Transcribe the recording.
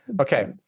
Okay